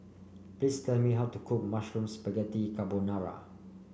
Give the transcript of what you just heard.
please tell me how to cook Mushroom Spaghetti Carbonara